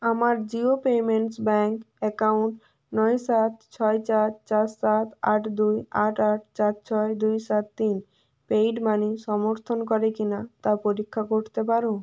আমার Jio payments bank account নয় সাত ছয় চার চার সাত আট দুই আট আট চার ছয় দুই সাত তিন পেইড মানি সমর্থন করে কিনা তা পরীক্ষা করতে পারো